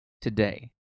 today